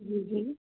जी